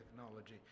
technology